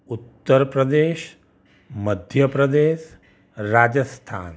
Uttar Pradesh Madhya Pradesh Rajasthan